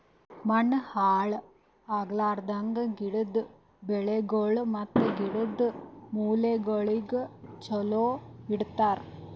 ಮಣ್ಣ ಹಾಳ್ ಆಗ್ಲಾರ್ದಂಗ್, ಗಿಡದ್ ಬೇರಗೊಳ್ ಮತ್ತ ಗಿಡದ್ ಮೂಲೆಗೊಳಿಗ್ ಚಲೋ ಇಡತರ್